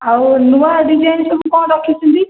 ଆଉ ନୂଆ ଡିଜାଇନ୍ ସବୁ କ'ଣ ରଖିଛନ୍ତି